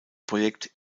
projekt